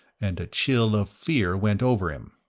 and a chill of fear went over him.